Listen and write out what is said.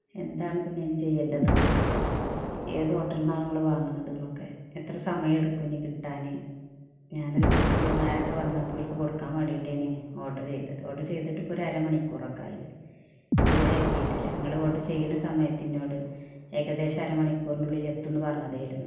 എന്താണിപ്പം ഞാൻ ചെയ്യേണ്ടത് ഏത് ഹോട്ടൽന്നാണ് നിങ്ങൾ വാങ്ങാണത്തെന്നോക്കെ എത്ര സമയെട്ക്കും ഇനി കിട്ടാൻ ഞാനൊരു വിരുന്നുരൊക്കെ വന്നപ്പോൾ ഓൽക് കൊട്ക്കാൻ വേണ്ടീട്ടന് ഓഡ്റ് ചെയ്തത് ഓഡ്റ് ചെയ്തിട്ടിപ്പോൾ ഒരര മണിക്കൂറൊക്കെ ആയിന് ഇത് വരെ എത്തീട്ടില്ല ഇങ്ങൾ ഓഡ്റ് ചെയ്യണ സമയത്തിന്നോട് ഏകദേശം അര മണിക്കൂറിൻടുള്ളിൽ എത്തുംന്ന് പറഞ്ഞതായിരുന്നു